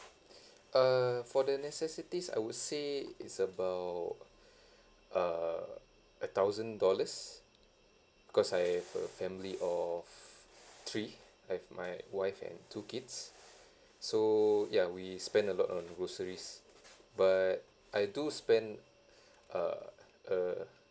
err for the necessities I would say is about err a thousand dollars cause I've a family of three I've my wife and two kids so ya we spend a lot on groceries but I do spend uh err